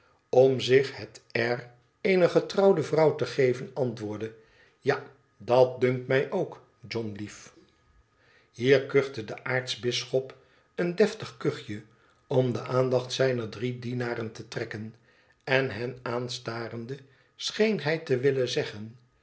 om zich het air eener getrouwde vrouw te geven antwoordde ja dat dunkt mij ook john lief hier kuchte de aartsbisschop een deftig kuchje om de aandacht zijner drie dienaren te trekken en hen aanstarende scheen hij te willen zeggen